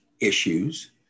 issues